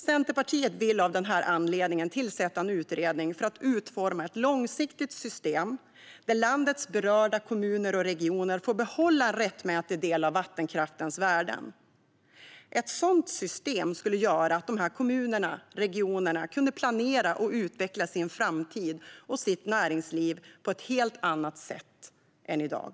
Centerpartiet vill av den anledningen tillsätta en utredning för att utforma ett långsiktigt system där landets berörda kommuner och regioner får behålla en rättmätig del av vattenkraftens värden. Ett sådant system skulle göra att dessa kommuner och regioner kunde planera och utveckla sin framtid och sitt näringsliv på ett helt annat sätt än i dag.